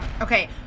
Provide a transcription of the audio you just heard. Okay